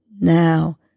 Now